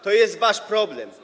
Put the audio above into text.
To jest wasz problem.